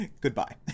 Goodbye